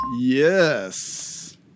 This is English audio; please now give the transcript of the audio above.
Yes